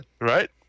Right